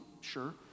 sure